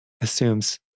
assumes